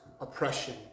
oppression